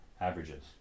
averages